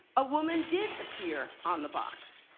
a woman did appear on the box.